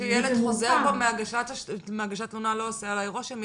כשילד חוזר בו מהגשת תלונה, לא עושה עליי רושם.